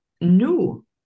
new